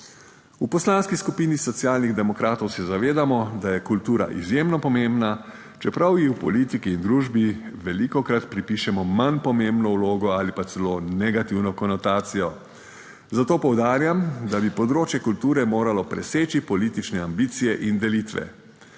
V Poslanski skupini Socialnih demokratov se zavedamo, da je kultura izjemno pomembna, čeprav ji v politiki in družbi velikokrat pripišemo manj pomembno vlogo ali pa celo negativno konotacijo. Zato poudarjam, da bi področje kulture moralo preseči politične ambicije in delitve.